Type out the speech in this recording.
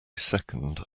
second